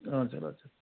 हजुर हजुर